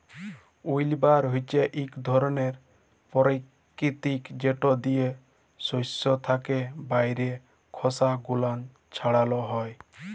উইল্লবার হছে ইক ধরলের পরতিকিরিয়া যেট দিয়ে সস্য থ্যাকে বাহিরের খসা গুলান ছাড়ালো হয়